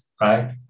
right